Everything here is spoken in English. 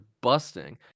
busting